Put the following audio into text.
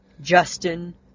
Justin